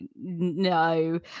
no